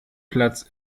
platz